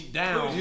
down